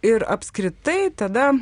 ir apskritai tada